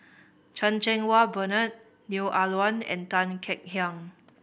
Chan Cheng Wah Bernard Neo Ah Luan and Tan Kek Hiang